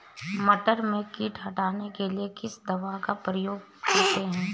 मटर में कीट हटाने के लिए किस दवा का प्रयोग करते हैं?